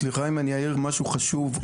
סליחה אם אני אעיר משהו חשוב,